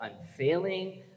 unfailing